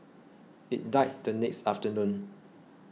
it died the next afternoon